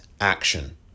action